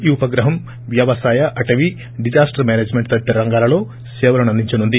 ఈ ఉపగ్రహం ్ద్వారా వ్యవసాయ అటవీ డిజాస్టర్ మేనేజ్మెంట్ తదితర రంగాలలో సేవలను అందించనుంది